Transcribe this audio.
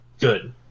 good